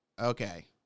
okay